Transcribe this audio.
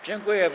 Dziękuję.